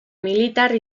militar